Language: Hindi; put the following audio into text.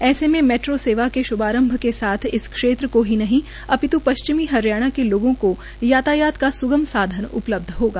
ऐसे में मैट्रो सेवा का श्भारंभ के साथ इस क्षेत्र को ही नहीं अपित् पश्चिमी हरियाणा के लोगों को यातायात का स्गम साधन उपलब्ध होगा